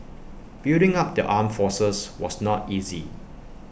building up the armed forces was not easy